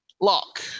lock